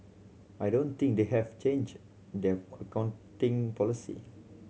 I don't think they have changed their accounting policy